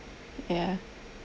ya